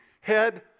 Head